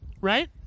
right